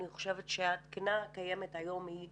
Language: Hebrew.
אני חושבת שהתקינה הקיימת היום היא